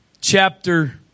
chapter